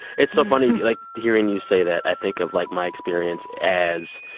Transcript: it's so funny, like, hearing you say that. i think of, like, my experience as